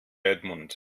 edmund